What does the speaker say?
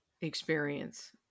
experience